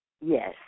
Yes